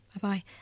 Bye-bye